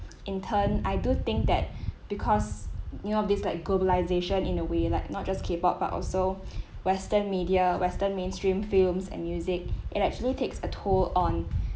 in turn I do think that because you know this like globalization in a way like not just k-pop but also western media western mainstream films and music it actually takes a toll on